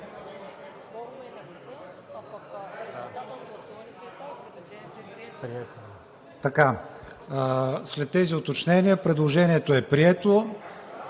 След тези уточнения предложението е прието,